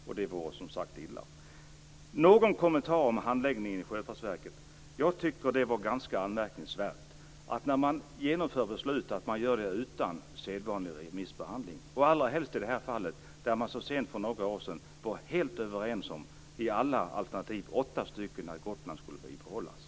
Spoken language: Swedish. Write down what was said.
Sedan vill jag något kommentera handläggningen hos Sjöfartsverket. Jag tycker att det är ganska anmärkningsvärt att man när man genomför beslut gör det utan sedvanlig remissbehandling, i synnerhet som man i det här fallet så sent som för några år sedan var helt överens i fråga om alla åtta alternativen om att verksamheten på Gotland skulle bibehållas.